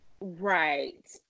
right